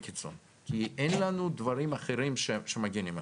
קיצון כי אין לנו דברים אחרים שמגנים עלינו.